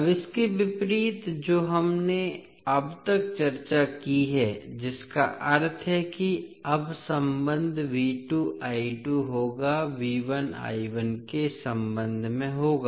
अब इसके विपरीत जो हमने अब तक चर्चा की है जिसका अर्थ है कि अब संबंध होगा के संबंध में होगा